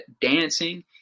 dancing